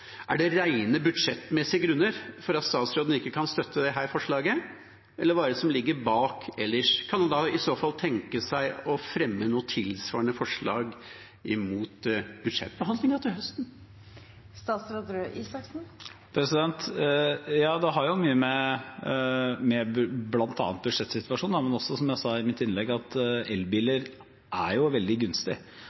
at statsråden ikke kan støtte dette forslaget, eller hva er det ellers som ligger bak? Kan han tenke seg å fremme noe tilsvarende forslag fram mot budsjettbehandlingen til høsten? Ja, det har mye med bl.a. budsjettsituasjonen å gjøre, men som jeg også sa i mitt innlegg, er jo elbiler veldig gunstige – fordi vi har et ekstra gunstig